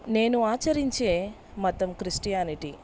నేను ఆచరించే మతం క్రిస్టియానిటీ